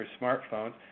smartphones